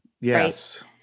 Yes